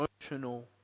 emotional